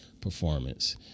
performance